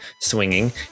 swinging